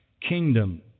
kingdom